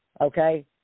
Okay